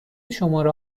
شماره